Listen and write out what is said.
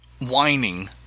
whining